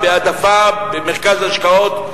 העדפה במרכז ההשקעות.